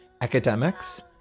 academics